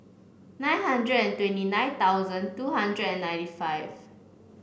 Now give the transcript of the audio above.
nine hundred and twenty nine thousand two hundred and ninety five